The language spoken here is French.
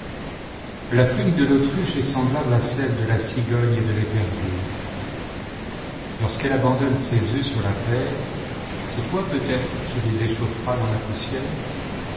la plume de l'autruche est semblable à celle de la cigogne et de l'épervier lorsqu'elle abandonne ses œufs sur la terre c'est toi peut-être qui les échaufferas dans la poussière